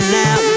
now